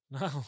No